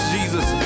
Jesus